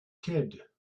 kid